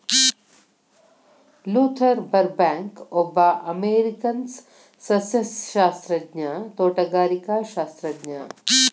Luther ಬರ್ಬ್ಯಾಂಕ್ಒಬ್ಬ ಅಮೇರಿಕನ್ಸಸ್ಯಶಾಸ್ತ್ರಜ್ಞ, ತೋಟಗಾರಿಕಾಶಾಸ್ತ್ರಜ್ಞ